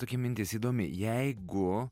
tokia mintis įdomi jeigu